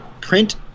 print